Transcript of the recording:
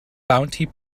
bounty